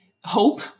hope